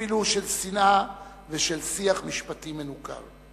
אפילו של שנאה ושל שיח משפטי מנוכר.